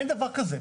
אין דבר כזה.